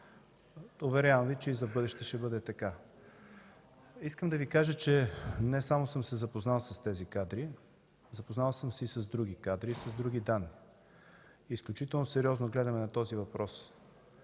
Уверявам Ви, че и за в бъдеще ще бъде така. Искам да Ви кажа, че не само съм се запознал с тези кадри. Запознал съм се и с други кадри, с други данни. Изключително сериозно гледаме на този въпрос.